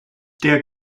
der